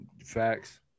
Facts